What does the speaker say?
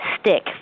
stick